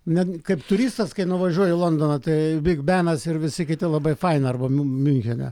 ne kaip turistas kai nuvažiuoji į londoną tai big benas ir visi kiti labai faina arba miu miunchene